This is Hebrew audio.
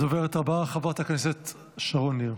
הדוברת הבאה, חברת הכנסת שרון ניר.